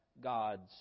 God's